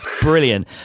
Brilliant